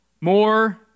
more